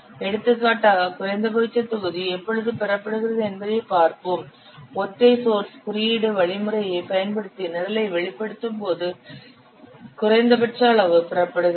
எடுத்துக்காட்டாக குறைந்தபட்ச தொகுதி எப்பொழுது பெறப்படுகிறது என்பதைப் பார்ப்போம் ஒற்றை சோர்ஸ் குறியீடு வழிமுறையைப் பயன்படுத்தி நிரலை வெளிப்படுத்தும்போது குறைந்தபட்ச அளவு பெறப்படுகிறது